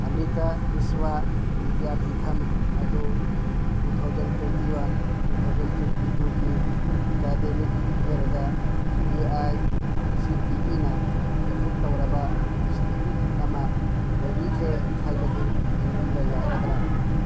ꯑꯝꯔꯤꯇꯥ ꯕꯤꯁꯋꯥ ꯕꯤꯗꯤꯌꯥꯄꯤꯊꯝ ꯑꯗꯨ two thousand twenty one two thousand twenty ꯇꯨꯒꯤ academic ꯌꯔꯗ ꯑꯦ ꯑꯥꯏ ꯁꯤ ꯇꯤ ꯏꯅ ꯑꯦꯄ꯭ꯔꯨꯞ ꯇꯧꯔꯕ ꯏꯟꯁꯇꯤꯇꯨꯠ ꯑꯃ ꯑꯣꯏꯕꯤꯈ꯭ꯔꯦ ꯍꯥꯏꯕꯗꯨ ꯌꯦꯡꯕꯤꯕ ꯌꯥꯒꯗ꯭ꯔꯥ